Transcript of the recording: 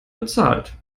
bezahlt